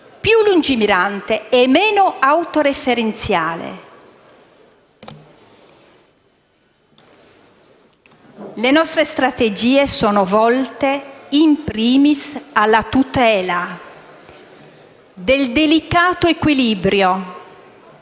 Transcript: più lungimirante e meno autoreferenziale. Le nostre strategie sono volte, *in primis*, alla tutela del delicato equilibrio